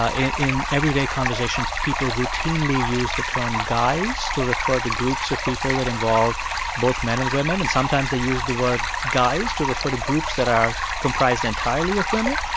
ah in everyday conversation, people routinely use the term guys to refer to groups of people that involve both men and women. and sometimes they use the word guys to refer to groups that are comprised entirely of women.